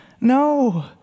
No